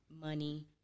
money